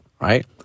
Right